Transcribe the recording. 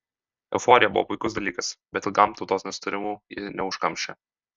euforija buvo puikus dalykas bet ilgam tautos nesutarimų ji neužkamšė